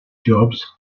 jobs